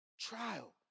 trial